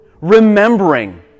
Remembering